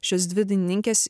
šios dvi dainininkės